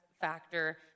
factor